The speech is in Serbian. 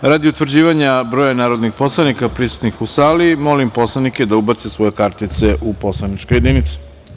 Radi utvrđivanja broja narodnih poslanika prisutnih u sali, molim poslanike da ubace svoje identifikacione kartice u elektronske jedinice.